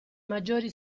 maggiori